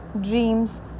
dreams